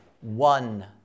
one